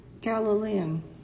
Galilean